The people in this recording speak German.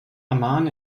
amman